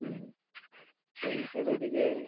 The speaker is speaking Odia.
ସେଇ ହିସାବରେ ଟିକେ